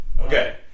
Okay